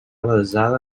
basada